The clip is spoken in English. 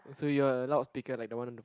so you're loudspeaker like the one on the